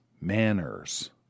manners